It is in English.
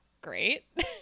great